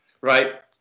Right